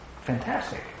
fantastic